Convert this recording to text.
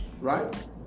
right